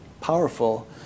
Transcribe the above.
powerful